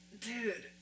Dude